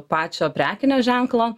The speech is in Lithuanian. pačio prekinio ženklo